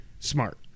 smart